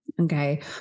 Okay